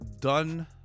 done